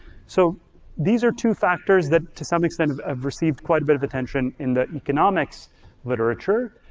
so these are two factors that to some extent received quite a bit of attention in the economics literature.